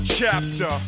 chapter